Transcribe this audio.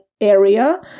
area